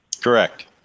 Correct